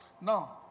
Now